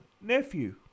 nephew